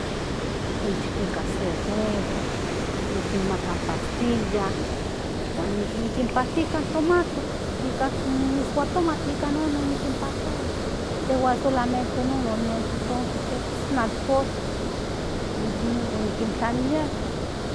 Niknichikiaya nikan in huevo nikinmaka in pastilla huan nikinpajtia nika tomate nika ishuatomatl nika non onijpaktiaya tejuan solamente non onen totonki pues alcohol uj onikintlaliliaya.